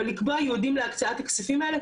אבל לקבוע ייעודים להקצאת הכספים האלה,